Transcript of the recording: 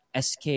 SK